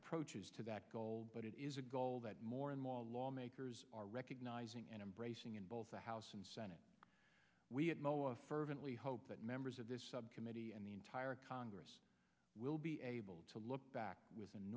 approaches to that goal but it is a goal that more and more lawmakers are recognizing and embracing in both the house and senate we at moa fervently hope that members of this subcommittee and the entire congress will be able to look back with